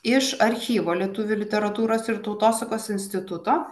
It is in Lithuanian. iš archyvo lietuvių literatūros ir tautosakos instituto